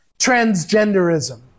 Transgenderism